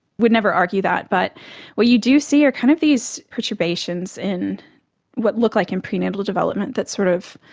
we'd never argue that, but what you do see are kind of these perturbations in what look like and prenatal development that sort of